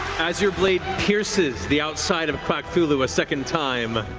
as your blade pierces the outside of quackthulhu a second time,